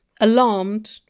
alarmed